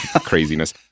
craziness